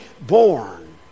born